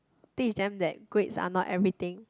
teach them that grades are not everything